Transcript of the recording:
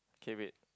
K wait